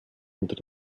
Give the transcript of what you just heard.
unter